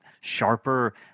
sharper